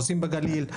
הורסים בגליל,